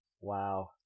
Wow